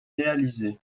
réalisé